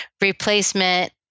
replacement